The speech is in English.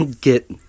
get